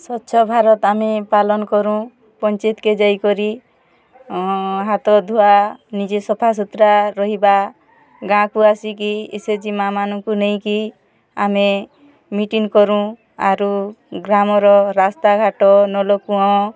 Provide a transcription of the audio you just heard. ସ୍ୱଚ୍ଛ ଭାରତ ଆମେ ପାଲନ୍ କରୁଁ ପଞ୍ଚାୟତ୍ କେ ଯାଇ କରି ହାତ ଧୂଆ ନିଜେ ସଫା ସୁତରା ରହିବା ଗାଁକୁ ଆସି କି ଏସ୍ ଏଚ୍ ଜି ମାଆମାନଙ୍କୁ ନେଇ କି ଆମେ ମିଟିଙ୍ଗ୍ କରୁ ଆରୁ ଗ୍ରାମର ରାସ୍ତା ଘାଟ ନଲ କୂଅଁ